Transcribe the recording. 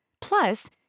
Plus